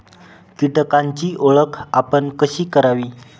कीटकांची ओळख आपण कशी करावी?